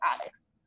addicts